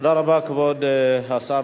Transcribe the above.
תודה רבה, כבוד השר.